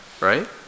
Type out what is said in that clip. right